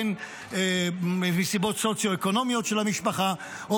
בין מסיבות סוציו-אקונומיות של המשפחה או